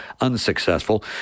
unsuccessful